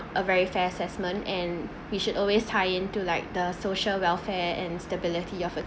a very fair assessment and we should always tie in to like the social welfare and stability of it